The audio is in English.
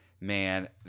Man